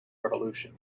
revolution